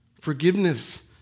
Forgiveness